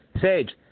Sage